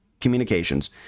communications